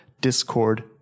Discord